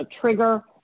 trigger